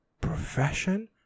profession